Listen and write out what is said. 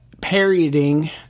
parodying